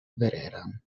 vehrehan